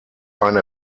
eine